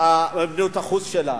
החוץ שלה.